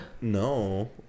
No